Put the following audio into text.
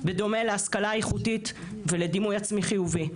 בדומה להשכלה איכותית ולדימוי עצמי חיובי.